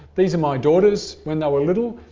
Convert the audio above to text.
these are my daughters when they were little,